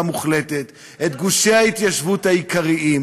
והמוחלטת את גושי ההתיישבות העיקריים,